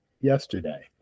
yesterday